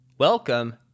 Welcome